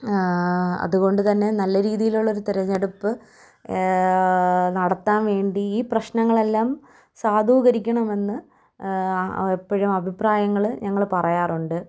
അതുകൊണ്ട് തന്നെ നല്ല രീതിയിലുള്ളൊരു തിരഞ്ഞെടുപ്പ് നടത്താൻ വേണ്ടി ഈ പ്രശ്നങ്ങളെല്ലാം സാധൂകരിക്കണമെന്ന് ആ എപ്പോഴും അഭിപ്രായങ്ങൾ ഞങ്ങൾ പറയാറുണ്ട്